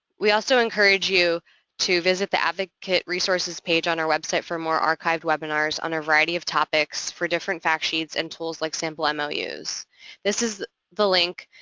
we also encourage you to visit the advocate resources page on our website for more archived webinars on a variety of topics, for different fact sheets, and tools like sample um ah mous. this is the link,